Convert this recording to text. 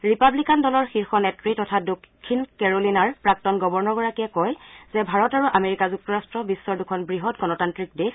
Republican দলৰ শীৰ্ষ নেত্ৰী তথা দক্ষিণ কেৰোলিনাৰ প্ৰাক্তন গৱৰ্নৰগৰাকীয়ে কয় যে ভাৰত আৰু আমেৰিকা যুক্তৰাষ্ট বিশ্বৰ দুখন বৃহৎ গণতান্ত্ৰিক দেশ